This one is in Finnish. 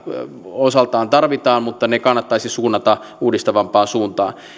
osaltaan tarvitaan mutta ne kannattaisi suunnata uudistavampaan suuntaan